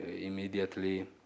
immediately